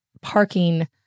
parking